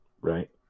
right